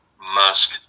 Musk